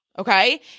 Okay